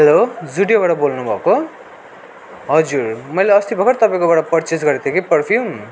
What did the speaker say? hello जुडियोबाट बोल्नुभएको हो हजुर मैले अस्ति भर्खर तपाईँकोबाट पर्चेस गरेको थिएँ कि पर्फ्युम